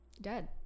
dead